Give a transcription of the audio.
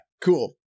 cool